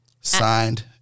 Signed